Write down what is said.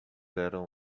eram